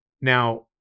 Now